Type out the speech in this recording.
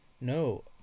no